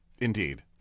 Indeed